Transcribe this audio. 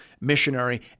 missionary